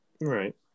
Right